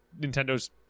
Nintendo's